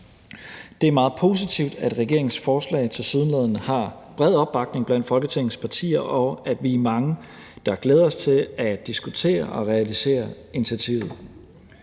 Det er meget positivt, at regeringens forslag tilsyneladende har bred opbakning blandt Folketingets partier, og at vi er mange, der glæder os til at diskutere og realisere initiativet.